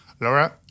Laura